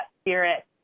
spirit